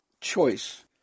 choice